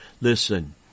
Listen